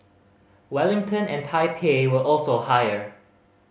Wellington and Taipei were also higher